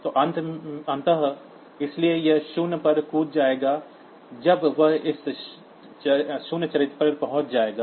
तो अंत में इसलिए यह शून्य पर जंप जाएगा जब वह इस शून्य चरित्र तक पहुंच जाएगा